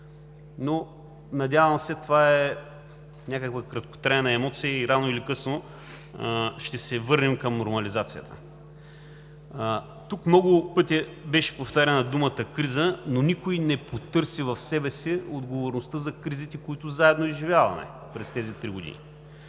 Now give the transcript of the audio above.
Надявам се това да е някаква краткотрайна емоция и рано или късно ще се върнем към нормализацията. Тук много пъти беше повтаряна думата „криза“, но никой не потърси в себе си отговорността за кризите, които заедно изживяваме през тези три години.